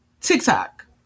TikTok